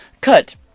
cut